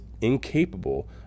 incapable